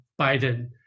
biden